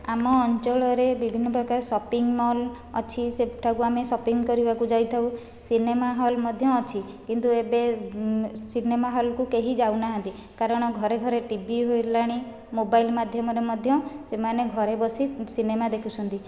ଆମ ଅଞ୍ଚଳରେ ବିଭିନ୍ନ ପ୍ରକାର ଶପିଂ ମଲ୍ ଅଛି ସେଠାକୁ ଆମେ ଶପିଂ କରିବାକୁ ଯାଇଥାଉ ସିନେମା ହଲ୍ ମଧ୍ୟ ଅଛି କିନ୍ତୁ ଏବେ ସିନେମା ହଲ୍କୁ କେହି ଯାଉନାହାନ୍ତି କାରଣ ଘରେ ଘରେ ଟିଭି ହେଲାଣି ମୋବାଇଲ୍ ମାଧ୍ୟମରେ ମଧ୍ୟ ସେମାନେ ଘରେ ବସି ସିନେମା ଦେଖୁଛନ୍ତି